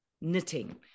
knitting